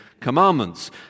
Commandments